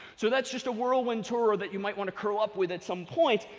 so that's just a whirlwind tour that you might want to curl up with at some point.